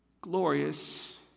glorious